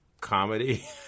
comedy